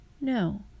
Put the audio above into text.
No